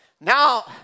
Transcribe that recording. Now